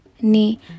Ni